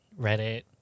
Reddit